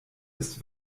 ist